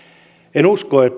en usko että